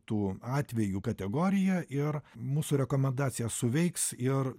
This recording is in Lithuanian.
tų atvejų kategoriją ir mūsų rekomendacija suveiks ir